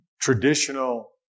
traditional